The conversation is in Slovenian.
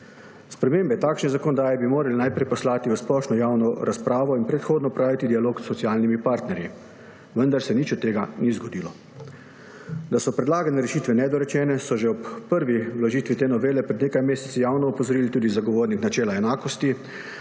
Spremembe takšne zakonodaje bi morali najprej poslati v splošno javno razpravo in predhodno opraviti dialog s socialnimi partnerji, vendar se nič od tega ni zgodilo. Da so predlagane rešitve nedorečene, so že ob prvi vložitvi te novele pred nekaj meseci javno opozorili tudi Zagovornik načela enakosti,